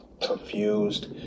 Confused